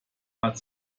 hat